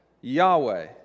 Yahweh